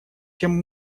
чем